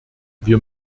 wir